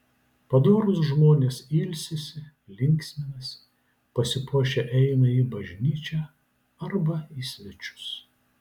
padorūs žmonės ilsisi linksminasi pasipuošę eina į bažnyčią arba į svečius